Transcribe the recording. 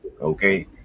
Okay